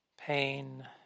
pain